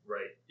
Right